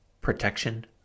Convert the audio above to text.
Protection